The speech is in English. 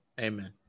Amen